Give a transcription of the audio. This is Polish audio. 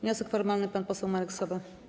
Wniosek formalny, pan poseł Marek Sowa.